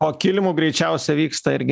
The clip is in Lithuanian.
o kilimu greičiausia vyksta irgi